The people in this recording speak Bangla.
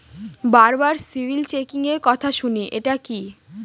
বারবার সিবিল চেকিংএর কথা শুনি এটা কি?